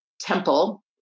temple